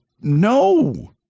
no